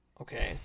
Okay